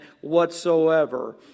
whatsoever